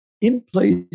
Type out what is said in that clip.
in-place